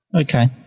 Okay